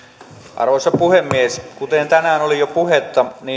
arvoisa puhemies kuten tänään oli jo puhetta